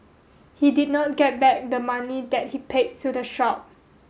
he did not get back the money that he paid to the shop